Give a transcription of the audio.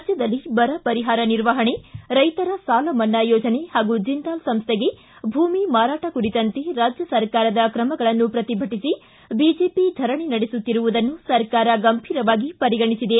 ರಾಜ್ಞದಲ್ಲಿ ಬರ ಪರಿಹಾರ ನಿರ್ವಹಣೆ ರೈತರ ಸಾಲ ಮನ್ನಾ ಯೋಜನೆ ಹಾಗೂ ಜಿಂದಾಲಿ ಸಂಸ್ಥೆಗೆ ಭೂಮಿ ಮಾರಾಟ ಕುರಿತಂತೆ ರಾಜ್ಯ ಸರ್ಕಾರದ ಕ್ರಮಗಳನ್ನು ಪ್ರತಿಭಟಿಸಿ ಬಿಜೆಪಿ ಧರಣಿ ನಡೆಸುತ್ತಿದೆ ಹಾಗೂ ಸರ್ಕಾರ ಗಂಭೀರವಾಗಿ ಪರಿಗಣಿಸಿದೆ